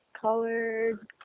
colored